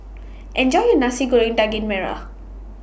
Enjoy your Nasi Goreng Daging Merah